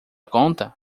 conta